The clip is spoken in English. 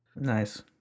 nice